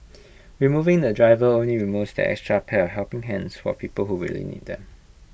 removing the driver only removes that extra pair of helping hands for people who really need them